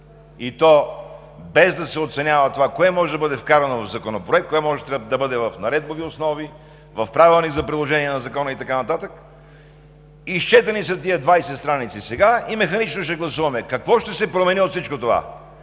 и то без да се оценява кое може да бъде вкарано в законопроект, кое може да бъде в наредбови основи, в правилник за приложение на закона и така нататък. Изчетени са тези 20 страници сега и механично ще гласуваме. Какво ще се промени от всичко това?